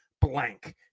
blank